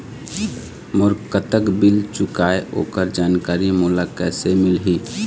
मोर कतक बिल चुकाहां ओकर जानकारी मोला कैसे मिलही?